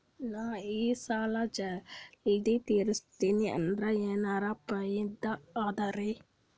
ನಾ ಈ ಸಾಲಾ ಜಲ್ದಿ ತಿರಸ್ದೆ ಅಂದ್ರ ಎನರ ಫಾಯಿದಾ ಅದರಿ?